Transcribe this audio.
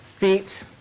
feet